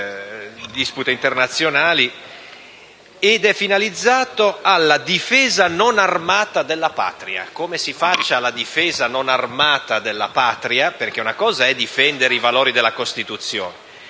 è finalizzato alla difesa non armata della Patria. Ora, mi chiedo come si faccia la difesa non armata della Patria, perché un conto è difendere i valori della Costituzione,